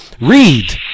Read